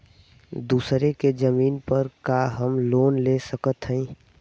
दूसरे के जमीन पर का हम लोन ले सकत हई?